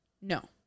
No